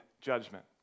judgment